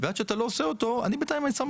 "ועד שאתה לא עושה אותו אני בינתיים שם